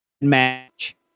Match